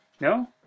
No